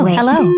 Hello